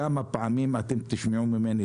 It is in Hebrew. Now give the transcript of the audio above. כמה פעמים אתם תשמעו ממני?